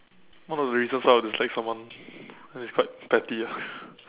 one of the reasons I will dislike someone and it's quite petty ah